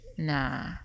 Nah